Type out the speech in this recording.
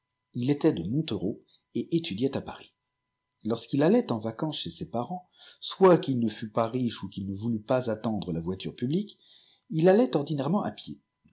h était de montereau et étudiait à paris lorsqu'ilallait en vacances chez ses parents soit qu il ne fût pas riche ou qu'il ne voulût pas attendre la voiture publique il allait ordinairement à pied